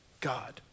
God